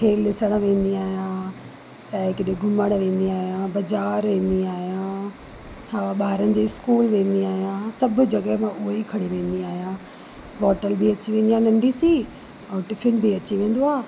खेल ॾिसणु वेंदी आहियां चाहे किथे घुमणु वेंदी आहियां बाज़ारि वेंदी आहियां हा ॿारनि जी स्कूल वेंदी आहियां सभु जॻह मां उहेई खणी वेंदी आहियां बोटल बि अची वेंदी आहे नंढी सी ऐं टिफिन बि अची वेंदो आहे